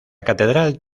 catedral